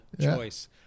choice